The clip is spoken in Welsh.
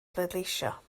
bleidleisio